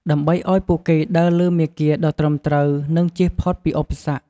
ដើម្បីឲ្យពួកគេដើរលើមាគ៌ាដ៏ត្រឹមត្រូវ និងជៀសផុតពីឧបសគ្គ។